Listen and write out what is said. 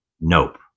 nope